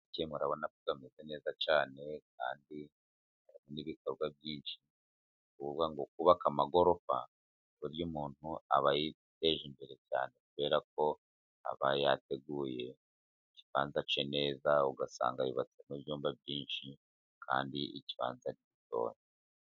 Ubona ko kameze neza cyane kandi kunda ibikorwa byinshi bivuga ngo kubaka amagorofa burya umuntu aba yiteje imbere cyane kubera ko abayateguye kibanda neza ugasanga yubatsemo ibyumba byinshi kandi ikibanza gitoya.